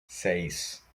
seis